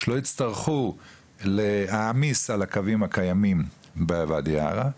שלא יצטרכו להעמיס על הקווים הקיימים בוואדי ערה,